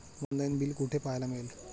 मला online bill कुठे पाहायला मिळेल?